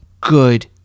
good